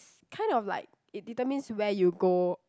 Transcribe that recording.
kind of like it determines where you go